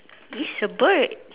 it's a bird